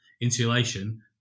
insulation